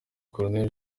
col